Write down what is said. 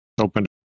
opened